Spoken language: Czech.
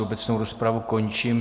Obecnou rozpravu končím.